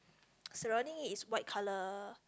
surrounding it's white color